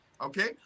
Okay